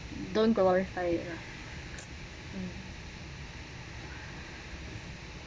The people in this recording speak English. don't glorify it lah